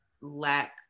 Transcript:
lack